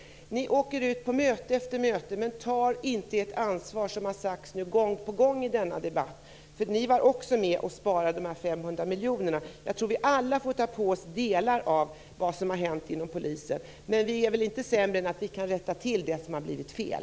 De åker ut på möte efter möte men tar inte sitt ansvar, vilket sagts gång på gång i denna debatt. Också moderaterna var med och sparade de 500 miljonerna. Vi får alla ta på oss delar av skulden för vad som hänt inom polisen, men vi är inte sämre än att vi kan rätta till det som har blivit fel!